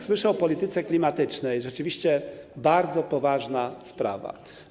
Słyszę o polityce klimatycznej, to rzeczywiście bardzo poważna sprawa.